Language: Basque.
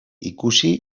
ikusi